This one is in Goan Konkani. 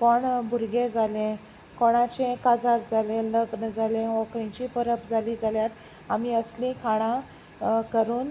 कोण भुरगें जालें कोणाचें काजार जालें लग्न जालें वो खंयची परब जाली जाल्यार आमी असलीं खाणां करून